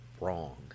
wrong